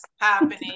happening